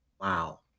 Wow